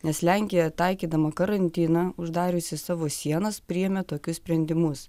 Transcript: nes lenkija taikydama karantiną uždariusi savo sienas priėmė tokius sprendimus